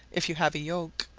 if you have a yoke.